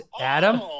Adam